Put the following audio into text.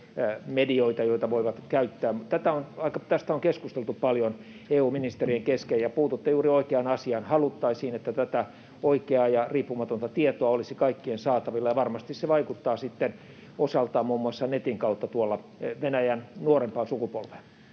medioita, joita voivat käyttää. Tästä on keskusteltu paljon EU-ministerien kesken, ja puututte juuri oikeaan asiaan. Haluttaisiin, että tätä oikeaa ja riippumatonta tietoa olisi kaikkien saatavilla, ja varmasti se vaikuttaa sitten osaltaan muun muassa netin kautta Venäjän nuorempaan sukupolveen.